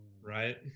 right